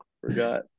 forgot